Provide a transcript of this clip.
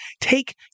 take